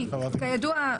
כי כידוע,